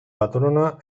patrona